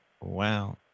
Wow